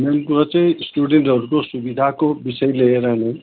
main कुरा चाहिँ स्टुडेन्टहरूको सुविधाको विषय लिएर नै